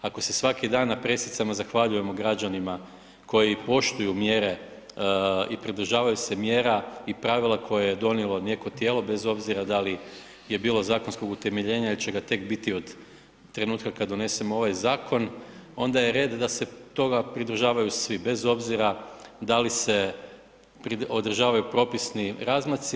Ako se svaki dan na presicama zahvaljujemo građanima koji poštuju mjere i pridržavaju se mjera i pravila koje je donijelo neko tijelo bez obzira da li je bilo zakonskog utemeljenja ili će ga tek biti od trenutka kad donesemo ovaj zakon, onda je red da se toga pridržavaju svi bez obzira da li se održavaju propisni razmaci.